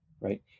right